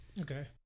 Okay